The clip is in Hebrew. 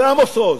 של עמוס עוז.